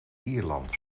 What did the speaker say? ierland